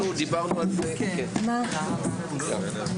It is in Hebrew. בשעה 11:01.